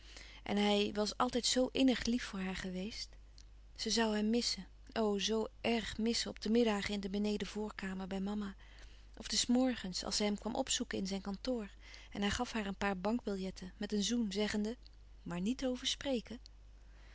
en hij was altijd zoo innig lief voor haar geweest ze zoû hem missen o zoo erg missen op de middagen in de benedenvoorkamer bij mama of des morgens als zij hem kwam opzoeken in zijn kantoor en hij gaf haar een paar bankbilletten met een zoen zeggende maar niet over spreken